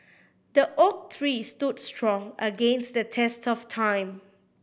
the oak tree stood strong against the test of time